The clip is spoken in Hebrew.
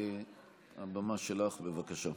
הבמה שלך, בבקשה.